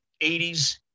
80s